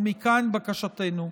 ומכן בקשתנו.